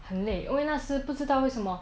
很累因为那时不知道为什么